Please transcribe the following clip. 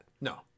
no